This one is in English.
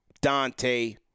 Dante